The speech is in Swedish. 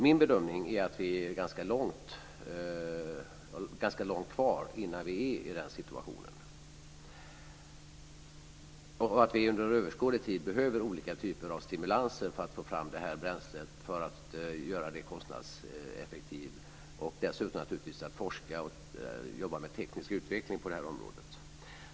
Min bedömning är att vi har ganska långt kvar innan vi är i den situationen och att vi under överskådlig tid behöver olika typer av stimulanser för att få fram detta bränsle och göra det konstnadseffektivt, och dessutom för att man ska forska och jobba med teknisk utveckling på detta område.